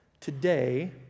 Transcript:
today